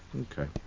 Okay